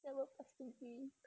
要不 ask them free